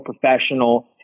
professional